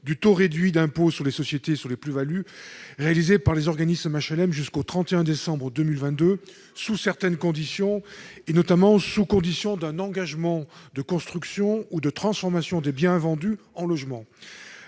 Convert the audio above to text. d'un taux réduit d'impôt sur les sociétés sur les plus-values réalisées jusqu'au 31 décembre 2022, sous certaines conditions, et notamment sous condition d'un engagement de construction ou de transformation des biens vendus en logements.